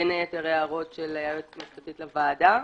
בין היתר, הערות של היועצת המשפטית לוועדה.